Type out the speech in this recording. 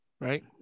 Right